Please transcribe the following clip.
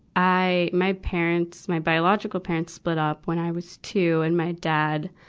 i, my parents, my biological parents split up when i was two. and my dad,